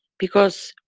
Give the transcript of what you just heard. because,